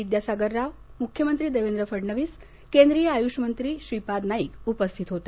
विद्यासागर राव मुख्यमंत्री देवेंद्र फडणवीस केंद्रीय आयुष मंत्री श्रीपाद नाईक उपस्थित होते